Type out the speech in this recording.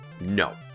no